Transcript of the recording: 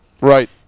Right